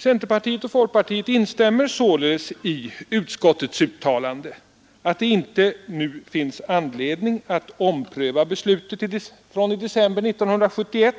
Centerpartiet och folkpartiet instämmer således i utskottets uttalande, att det inte nu finns anledning att ompröva beslutet från december 1971